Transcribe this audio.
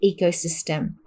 ecosystem